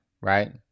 right